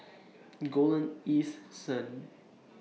Golden East Sun